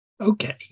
Okay